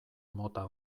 mota